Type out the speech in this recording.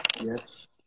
Yes